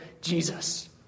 Jesus